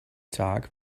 tag